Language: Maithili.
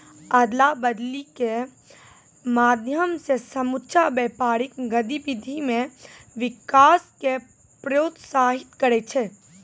अदला बदली के माध्यम से समुच्चा व्यापारिक गतिविधि मे विकास क प्रोत्साहित करै छै